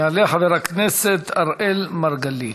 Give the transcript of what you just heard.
יעלה חבר הכנסת אראל מרגלית,